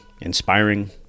inspiring